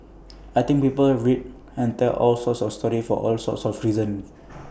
I think people read and tell all sorts of stories for all sorts of reasons